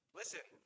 listen